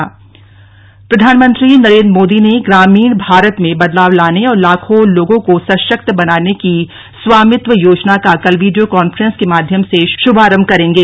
स्वामित्व योजना प्रधानमंत्री नरेन्द्र मोदी ग्रामीण भारत में बदलाव लाने और लाखों लोगों को सशक्त बनाने की स्वामित्व योजना का कल वीडियो कांफ्रेंस के माध्यम से शुभारभ करेंगे